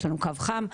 יש לנו קו חם,